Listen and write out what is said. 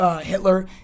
Hitler